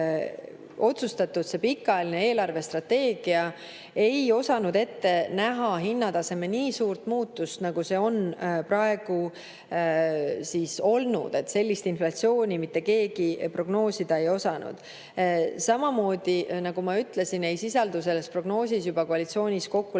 et septembris see pikaajaline eelarvestrateegia ei osanud ette näha hinnataseme nii suurt muutust, nagu see on praegu olnud. Sellist inflatsiooni mitte keegi prognoosida ei osanud. Samamoodi, nagu ma ütlesin, ei sisaldu selles prognoosis juba koalitsioonis kokku